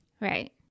right